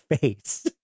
face